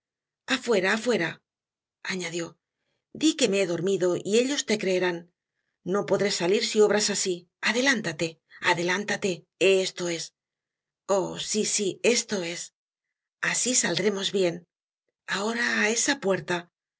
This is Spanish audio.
fuera añadió di que me he dormido y ellos te creerán no podré salir si obras asi adelántate adelántate esto es oh si si estoes asi saldremos bien abo ra esa puerta